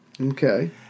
okay